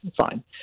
fine